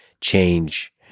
change